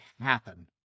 happen